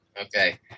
Okay